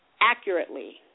accurately